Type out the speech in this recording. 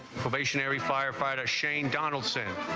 firefighter shane donaldson